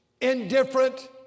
indifferent